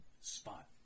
spot